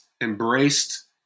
embraced